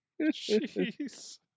Jeez